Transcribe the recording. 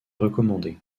recommandée